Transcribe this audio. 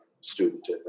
student